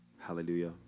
Hallelujah